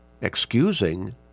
excusing